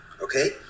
Okay